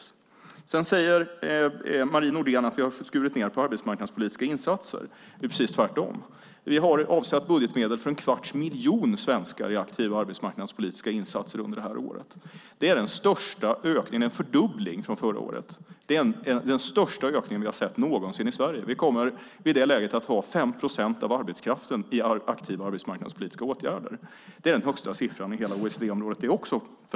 Sedan säger Marie Nordén att vi har skurit ned på arbetsmarknadspolitiska insatser. Det är precis tvärtom. Vi har avsatt budgetmedel för en kvarts miljon svenskar i aktiva arbetsmarknadspolitiska insatser under det här året. Det är en fördubbling från förra året. Det är den största ökningen vi har sett någonsin i Sverige. Vi kommer i det läget att ha 5 procent av arbetskraften i aktiva arbetsmarknadspolitiska åtgärder. Det är också den högsta siffran i hela OECD-området.